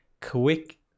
quick